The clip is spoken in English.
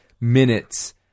minutes